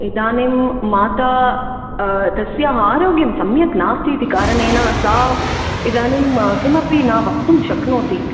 इदानीं माता तस्य आरोग्यं सम्यक् नास्ति इति कारणेन सा इदानीं किमपि न वक्तुं श्क्नोति